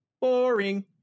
boring